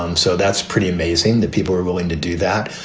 um so that's pretty amazing that people are willing to do that.